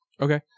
Okay